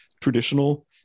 traditional